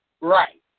Right